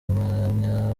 umwanya